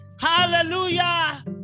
Hallelujah